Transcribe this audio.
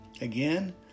Again